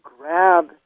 grab